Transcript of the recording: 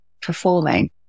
performing